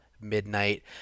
Midnight